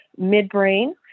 midbrain